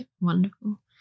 wonderful